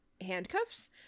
handcuffs